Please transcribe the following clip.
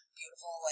beautiful